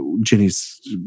Jenny's